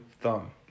thumb